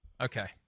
Okay